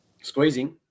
Squeezing